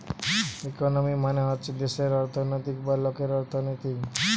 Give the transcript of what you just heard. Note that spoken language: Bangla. ইকোনমি মানে হচ্ছে দেশের অর্থনৈতিক বা লোকের অর্থনীতি